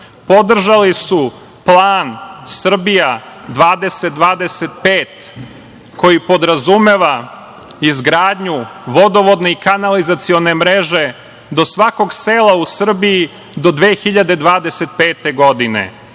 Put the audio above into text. podržali su plan Srbija 2025 koji podrazumeva izgradnju vodovodne i kanalizacione mreže u svakom selu u Srbiji do 2025. godine.